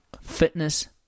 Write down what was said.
fitness